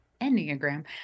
Enneagram